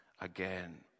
again